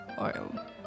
oil